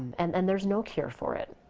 and there's no cure for it.